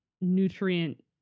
nutrient